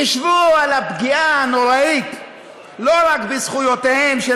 חישבו על הפגיעה הנוראה לא רק בזכויותיהם של